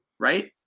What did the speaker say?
right